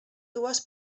dues